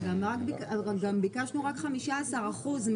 גם ביקשנו רק 15% מתוך ה-50%.